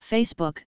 Facebook